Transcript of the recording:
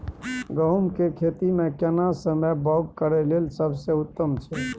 गहूम के खेती मे केना समय बौग करय लेल सबसे उत्तम छै?